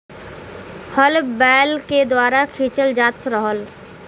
हल बैल के द्वारा खिंचल जात रहल